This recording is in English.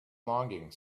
longing